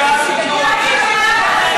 חברת הכנסת רוזין, קריאה שנייה לסדר.